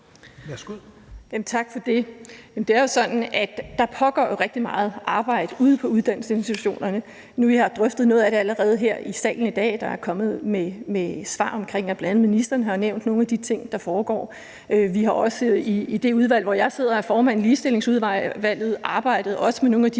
Tak for det. Det er jo sådan, at der pågår rigtig meget arbejde ude på uddannelsesinstitutionerne. Vi har drøftet noget af det allerede nu her i salen i dag, og der er kommet svar om det, og bl.a. ministeren har jo nævnt nogle af de ting, der foregår. Vi har også i det udvalg, hvor jeg sidder – jeg er formand for Ligestillingsudvalget – arbejdet med nogle af de